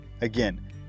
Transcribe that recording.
again